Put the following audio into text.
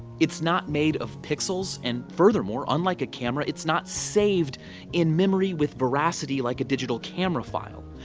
it's not made of pixels and furthermore, unlike a camera, it's not saved in memory with veracity like a digital camera file.